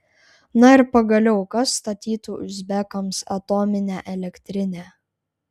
na ir pagaliau kas statytų uzbekams atominę elektrinę